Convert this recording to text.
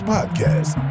Podcast